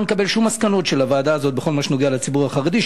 לא נקבל שום מסקנות של הוועדה הזאת בכל מה שנוגע לציבור החרדי,